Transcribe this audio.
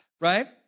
right